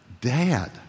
Dad